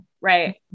right